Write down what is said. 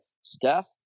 Steph